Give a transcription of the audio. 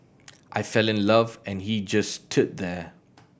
I fell in love and he just stood there